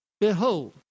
Behold